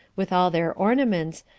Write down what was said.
with all their ornaments,